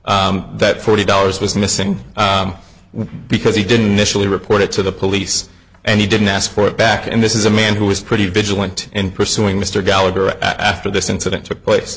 f that forty dollars was missing because he didn't initially report it to the police and he didn't ask for it back and this is a man who was pretty vigilant in pursuing mr gallagher after this incident took place